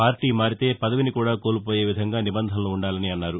party మారితే పదవిని కూడా కోల్పోయే విధంగా నిబంధనలు ఉండాలని అన్నారు